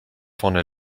vorne